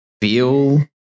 feel